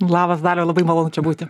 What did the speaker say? labas dariau labai malonu čia būti